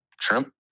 Trump